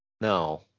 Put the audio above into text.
No